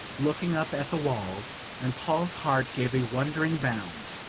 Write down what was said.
looking up at the walls and paul's heart gave a wondering bound,